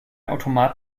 automat